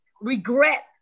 regret